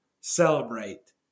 celebrate